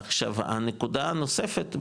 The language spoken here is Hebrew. עכשיו הנקודה הנוספת,